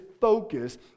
focus